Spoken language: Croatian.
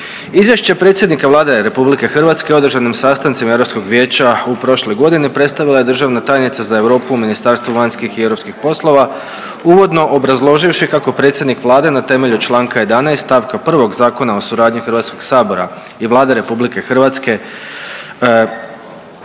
Izvješće predsjednika Vlade RH o održanim sastancima Europskog vijeća u prošloj godini predstavila je državna tajnica za Europu u Ministarstvu vanjskih i europskih poslova uvodno obrazloživši kako predsjednik Vlade na temelju Članka 11. stavka 1. Zakona o suradnji Hrvatskog sabora i Vlade RH jednom godišnje